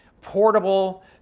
portable